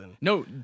No